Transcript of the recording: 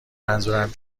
منظورم